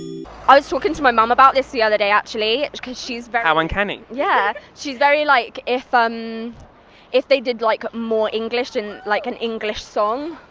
i was talking to my mom about this the other day actually cause she's very how uncanny. yeah, she's very, like, if um if they did like more english and like an english song,